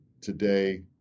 today